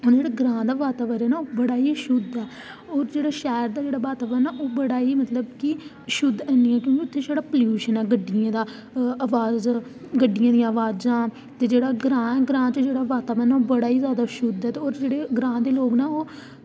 की ग्रांऽ दा वातावरण बड़ा ई शुद्ध ऐ होर जेह्ड़ा शैह्र दा वातावरण ओह् बड़ा ई शुद्ध ऐनी ऐ की के उत्थें बड़ा प्लूशन ऐ गड्डियें दा ओह् जादैतर गड्डियें दियां वाजां ते जेह्ड़ा ग्रांऽ ओह् ग्रांऽ च जेह्ड़ा वातावरण बड़ा ई जादै शुद्ध ऐ होर जेह्ड़े ग्रांऽ दे लोग न